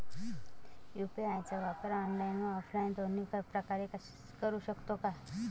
UPI चा वापर online व ऑफलाईन दोन्ही प्रकारे करु शकतो का?